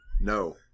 No